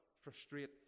frustrate